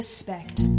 Respect